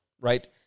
right